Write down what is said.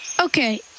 Okay